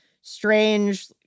strange